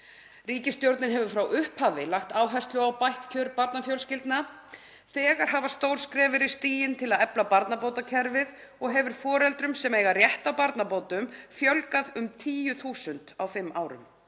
Ríkisstjórnin hefur frá upphafi lagt áherslu á bætt kjör barnafjölskyldna. Þegar hafa stór skref verið stigin til að efla barnabótakerfið og hefur foreldrum sem eiga rétt á barnabótum fjölgað um 10.000 á fimm árum.